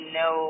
no